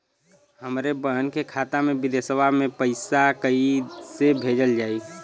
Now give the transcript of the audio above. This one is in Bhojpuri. हमरे बहन के खाता मे विदेशवा मे पैसा कई से भेजल जाई?